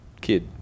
kid